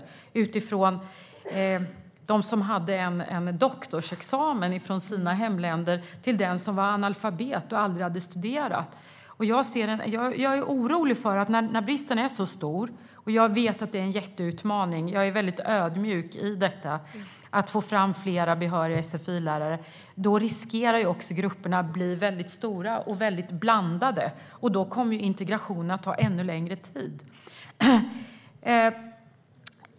Det kunde vara en spridning från den som hade en doktorsexamen i sitt hemland till den som var analfabet och aldrig hade studerat. Jag är orolig för att när bristen är så stor - jag vet att det är en jätteutmaning att få fram fler behöriga sfi-lärare, och jag är väldigt ödmjuk i detta - riskerar grupperna att bli stora och blandade, och då kommer integrationen att ta ännu längre tid.